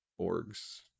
orgs